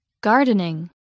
Gardening